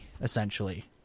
essentially